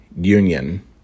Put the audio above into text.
Union